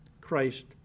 Christ